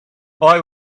boy